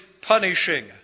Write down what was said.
punishing